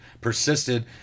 persisted